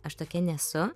aš tokia nesu